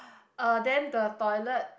uh then the toilet